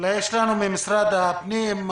יש לנו נציג ממשרד הפנים?